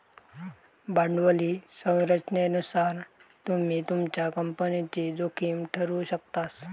भांडवली संरचनेनुसार तुम्ही तुमच्या कंपनीची जोखीम ठरवु शकतास